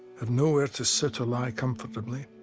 had nowhere to sit or lie comfortably,